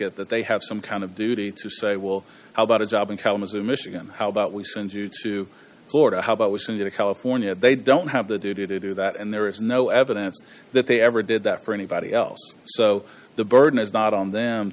it that they have some kind of duty to say well how about a job in kalamazoo michigan how about we send you to florida how about was into california they don't have the duty to do that and there is no evidence that they ever did that for anybody else so the burden is not on them